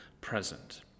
present